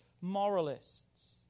moralists